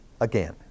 again